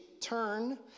turn